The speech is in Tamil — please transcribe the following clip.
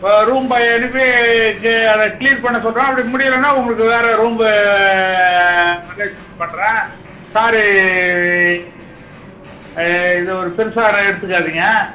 இப்போ ரூம் பாயை அனுப்பி கு அதை க்ளீன் பண்ண சொல்லுறேன் அப்படி முடியலனா உங்களுக்கு வேறு ரூம்பு அரேஞ்ச்மெண்ட் பண்ணுறேன் சாரி இதை ஒரு பெருசாக ஆனால் எடுத்துக்காதீங்க